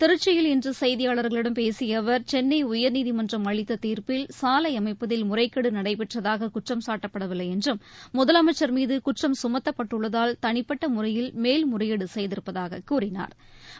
திருச்சியில் இன்று செய்தியாளர்களிடம் பேசிய அவர் சென்னை உயர்நீதிமன்றம் அளித்த தீர்ப்பில் சாலை அமைப்பதில் முறைகேடு நடைபெற்றதாக குற்றசம்சாட்டப்படவில்லை என்றும் முதலமைச்சா் மிது குற்றம் சுமத்தப்பட்டுள்ளதால் தனிப்பட்ட முறையில் மேல்முறையீடு செய்திருப்பதாகக் கூறினாா்